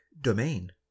domain